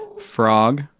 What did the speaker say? Frog